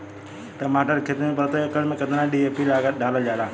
टमाटर के खेती मे प्रतेक एकड़ में केतना डी.ए.पी डालल जाला?